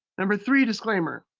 number three disclaimer,